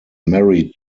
mary